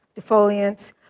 defoliants